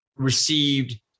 received